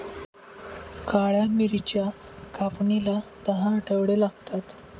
काळ्या मिरीच्या कापणीला दहा आठवडे लागतात